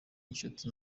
nshuti